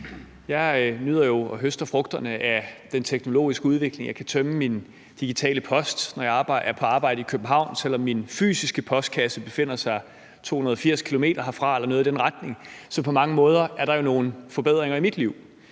Jeg nyder jo og høster frugterne af den teknologiske udvikling. Jeg kan tømme min digitale post, når jeg er på arbejde i København, selv om min fysiske postkasse befinder sig 280 km herfra eller noget i den retning. Så på mange måder er der jo nogle forbedringer i mit liv,